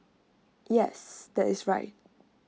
yes that is right